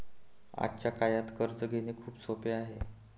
आजच्या काळात कर्ज घेणे खूप सोपे आहे